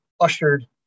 ushered